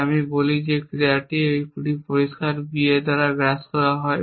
তাই আমি বলি যে এই ক্রিয়াটি বা এটি পরিষ্কার b এটি দ্বারা গ্রাস করা হয়